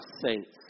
saints